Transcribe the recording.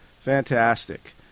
Fantastic